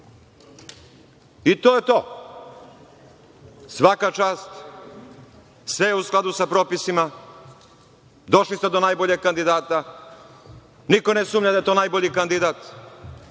I to je to. Svaka čast. Sve je u skladu sa propisima, došli ste do najboljeg kandidata, niko ne sumnja da je to najbolji kandidat.